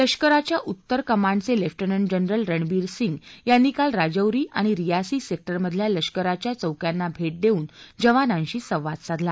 लष्कराच्या उत्तर कमांडच ठिकाउं जनरल रणबीर सिंग यांनी काल राजौरी आणि रियासी सद्धाउं मधल्या लष्कराच्या चौक्यांना भक् दस्तिन जवानांशी संवाद साधला